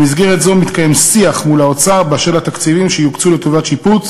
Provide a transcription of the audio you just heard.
במסגרת זו מתקיים שיח מול האוצר באשר לתקציבים שיוקצו לטובת שיפוץ